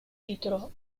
titolo